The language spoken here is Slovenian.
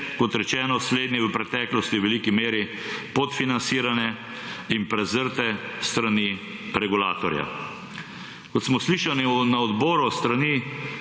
kot rečeno, slednje v preteklosti v veliki meri podfinancirane in prezrte s strani regulatorja. Kot smo slišali na odboru, s strani